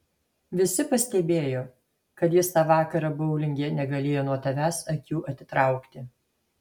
visi pastebėjo kad jis tą vakarą boulinge negalėjo nuo tavęs akių atitraukti